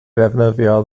ddefnyddio